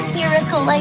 miracle